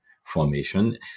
formation